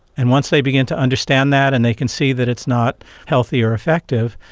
and once they begin to understand that and they can see that it's not healthy or effective,